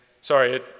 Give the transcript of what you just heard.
Sorry